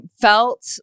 felt